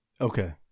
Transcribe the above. Okay